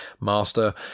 master